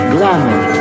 Glamour